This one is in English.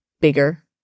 bigger